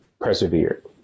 persevered